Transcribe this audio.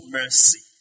mercy